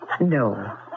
No